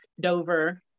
Dover